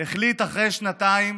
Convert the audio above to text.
החליט אחרי שנתיים